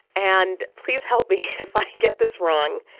and please help me if i get this wrong.